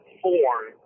form